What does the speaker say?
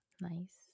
Nice